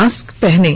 mask पहनें